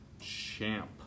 Champ